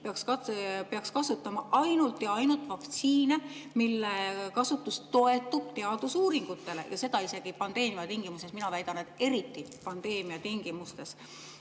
peaks kasutama ainult ja ainult vaktsiine, mille kasutus toetub teadusuuringutele, ja seda isegi pandeemia tingimustes? Mina väidan, et eriti pandeemia ajal peaks